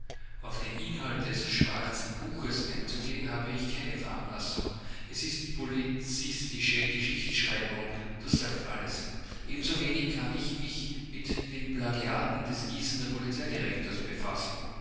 auf den inhalt des schwarzen buches einzugehen habe ich keine veranlassung es ist polizistische geschichtsschreibung das sagt alles ebensowenig kann ich mich mit den plagiaten des gießener polizeidirektors befassen